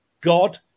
God